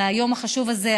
על היום החשוב הזה,